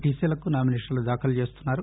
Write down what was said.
టిసిలకు నామినేషన్లు దాఖలు చేస్తున్నారు